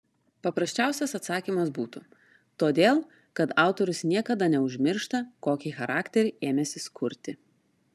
paprasčiausias atsakymas būtų todėl kad autorius niekada neužmiršta kokį charakterį ėmęsis kurti